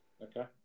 Okay